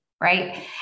right